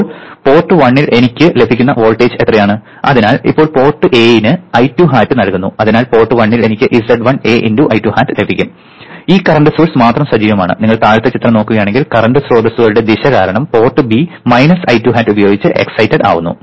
ഇപ്പോൾ പോർട്ട് 1 ൽ എനിക്ക് ലഭിക്കുന്ന വോൾട്ടേജ് എത്രയാണ് അതിനാൽ ഇപ്പോൾ പോർട്ട് A ന് I2 hat നൽകുന്നു അതിനാൽ പോർട്ട് 1 ൽ എനിക്ക് z1A × I2 hat ലഭിക്കും ഈ കറന്റ് സോഴ്സ് മാത്രം സജീവമാണ് നിങ്ങൾ താഴത്തെ ചിത്രം നോക്കുകയാണെങ്കിൽ കറന്റ് സ്രോതസ്സുകളുടെ ദിശ കാരണം port B minus I2 hat ഉപയോഗിച്ച് എക്സിറ്റ്ട് ആവുന്നു